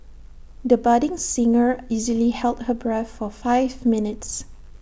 the budding singer easily held her breath for five minutes